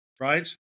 right